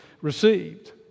received